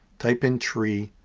type in tree.